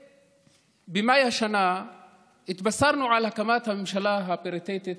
במאי השנה התבשרנו על הקמת הממשלה הפריטטית,